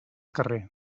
carrer